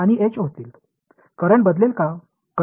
நீரோட்டங்கள் மாறுமா